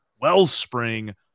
wellspring